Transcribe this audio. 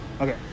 Okay